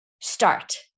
start